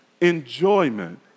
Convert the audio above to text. enjoyment